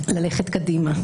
ללכת קדימה.